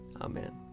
Amen